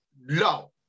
no